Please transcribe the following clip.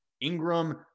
Ingram